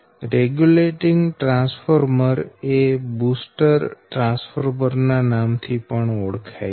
regulating transformer એ booster transformer નામ થી પણ ઓળખાય છે